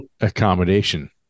accommodation